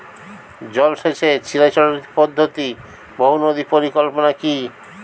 জল সেচের চিরাচরিত পদ্ধতি বহু নদী পরিকল্পনা কি?